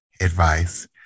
advice